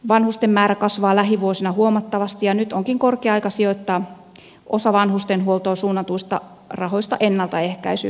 vanhusten määrä kasvaa lähivuosina huomattavasti ja nyt onkin korkea aika sijoittaa osa vanhustenhuoltoon suunnatuista rahoista ennaltaehkäisyyn